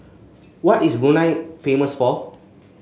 what is Brunei famous for